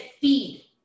feed